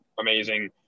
amazing